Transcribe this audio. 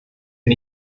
bin